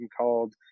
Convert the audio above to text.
called